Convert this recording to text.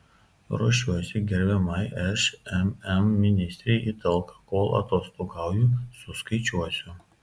ruošiuosi gerbiamai šmm ministrei į talką kol atostogauju suskaičiuosiu